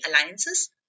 Alliances